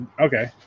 Okay